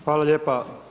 Hvala lijepa.